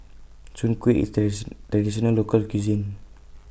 Soon Kuih IS Traditional Local Cuisine